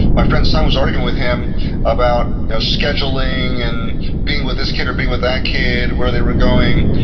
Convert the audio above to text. my friend's son was arguing with him about you know scheduling and being with this kid or being with that kid, where they were going.